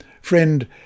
Friend